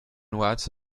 watts